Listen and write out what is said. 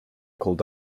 called